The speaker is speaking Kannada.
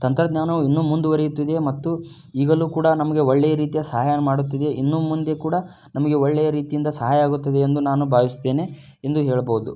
ತಂತ್ರಜ್ಞಾನವು ಇನ್ನು ಮುಂದುವರೆಯುತ್ತಿದೆ ಮತ್ತು ಈಗಲೂ ಕೂಡ ನಮಗೆ ಒಳ್ಳೆಯ ರೀತಿಯ ಸಹಾಯವನ್ನು ಮಾಡುತ್ತಿದೆ ಇನ್ನು ಮುಂದೆ ಕೂಡ ನಮಗೆ ಒಳ್ಳೆಯ ರೀತಿಯಿಂದ ಸಹಾಯ ಆಗುತ್ತದೆ ಎಂದು ನಾನು ಭಾವಿಸ್ತೇನೆ ಎಂದು ಹೇಳ್ಬೋದು